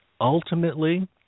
ultimately